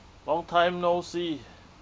long time no see